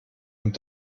und